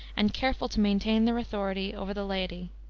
and careful to maintain their authority over the laity.